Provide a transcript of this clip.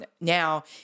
now